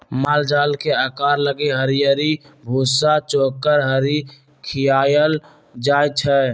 माल जाल के आहार लागी हरियरी, भूसा, चोकर, खरी खियाएल जाई छै